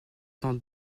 sans